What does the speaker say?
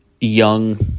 young